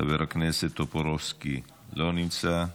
חבר הכנסת טופורובסקי לא נמצא,